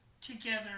together